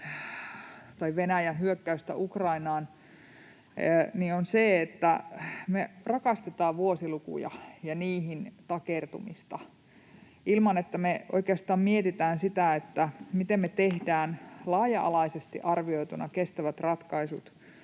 Venäjän hyökkäystä Ukrainaan — on se, että me rakastetaan vuosilukuja ja niihin takertumista ilman, että me oikeastaan mietitään sitä, miten me tehdään laaja-alaisesti arvioituna kestävät ratkaisut